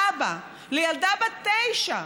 אבא לילדה בת תשע,